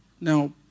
Now